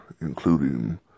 including